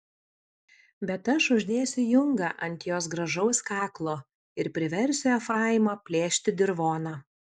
bet aš uždėsiu jungą ant jos gražaus kaklo ir priversiu efraimą plėšti dirvoną